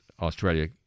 Australia